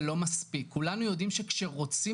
זה לא מספיק כולנו יודעים שכשרוצים